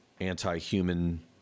anti-human